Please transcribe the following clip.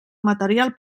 material